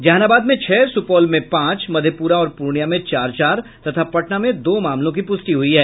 जहानाबाद में छह सुपौल में पांच मधेपुरा और पूर्णियां में चार चार तथा पटना में दो मामलों की पुष्टि हुई है